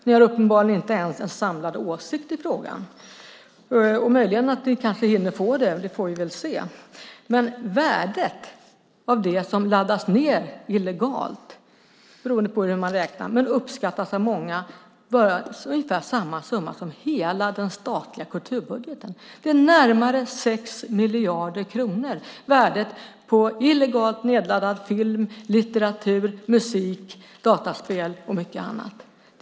De har uppenbarligen inte ens en samlad åsikt i frågan. Möjligen hinner de få det - vi får väl se. Värdet av det som laddas ned illegalt - beroende på hur man räknar - uppskattas av många vara ungefär samma summa som hela den statliga kulturbudgeten. Värdet på illegalt nedladdad film, litteratur, musik, dataspel och mycket annat är närmare 6 miljarder kronor.